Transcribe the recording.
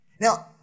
Now